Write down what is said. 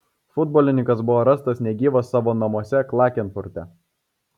futbolininkas buvo rastas negyvas savo namuose klagenfurte